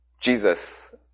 Jesus